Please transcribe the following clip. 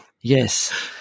Yes